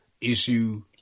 issue